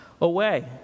away